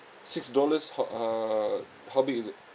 six dollars ho~ uh how big is it